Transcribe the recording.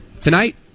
Tonight